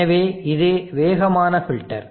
எனவே இது வேகமான ஃபில்டர்